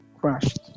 crashed